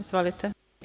Izvolite.